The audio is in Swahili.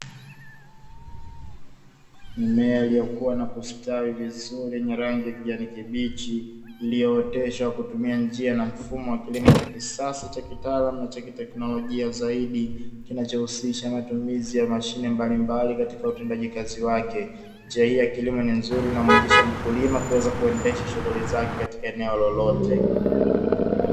Mimea iliyokuwa na kustawi vizuri yenye rangi ya kijani kibichi iliyooteshwa kutumia njia na mfumo wa kilimo cha kisasa cha kitaalamu na cha kiteknolojia zaidi kinachohusisha matumizi ya mashine mbalimbali katika utendaji kazi wake. Njia hii ya kilimo ni nzuri, inamwezesha mkulima kuweza kuendesha shughuli zake katika eneo lolote.